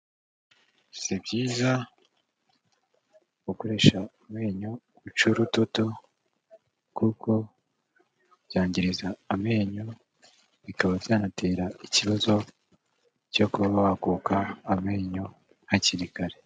Si byiza gukoresha amenyo mu guca ubudodo kuko byangiza amenyo bikaba byanatera ikibazo cyo kuba wakuka amenyo hakiri kare.